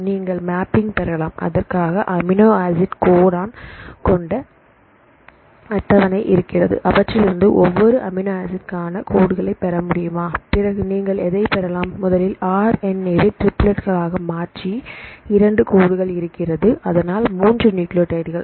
நீங்கள் மேப்பிங் பெறலாம் அதற்காக அமினோ ஆசிட் கோடான் கொண்ட அட்டவணை இருக்கிறது அவற்றிலிருந்து ஒவ்வொரு அமினோ ஆசிட்க்கானா கோடுகளை பெறமுடியுமா பிறகு நீங்கள் எதைப் பெறலாம் முதலில் ஆர் என் ஏ வை ட்ரிப்பிளட்களாக மாற்றி இரண்டு கோடுகள் இருக்கிறது அதனால் 3 நியூக்ளியோடைடுகல்